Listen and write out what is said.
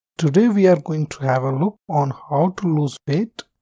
today we are going to have a look on how to lose weight.